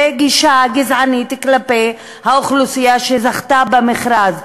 זה גישה גזענית כלפי האוכלוסייה שזכתה במכרז,